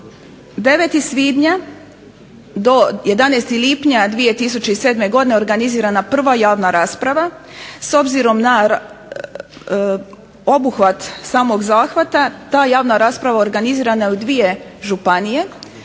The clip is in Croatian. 9. svibnja do 11. lipnja 2007. godine organizirana prva javna rasprava. S obzirom na obuhvat samog zahvata ta javna rasprava organizirana je u dvije županije,